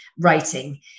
writing